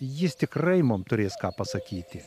jis tikrai mum turės ką pasakyti